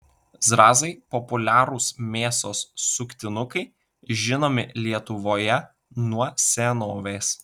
zrazai populiarūs mėsos suktinukai žinomi lietuvoje nuo senovės